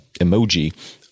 emoji